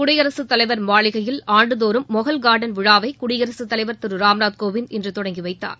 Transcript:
குடியரசுத் தலைவர் மாளிகையில் ஆண்டுதோறும் மொகல் காாடன் விழாவை குடியரசுத் தலைவர் திரு ராம்நாத் கோவிந்த் இன்று தொடங்கி வைத்தார்